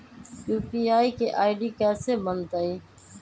UPI के ID कैसे बनतई?